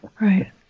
right